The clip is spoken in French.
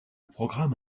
programme